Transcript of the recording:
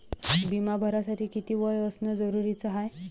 बिमा भरासाठी किती वय असनं जरुरीच हाय?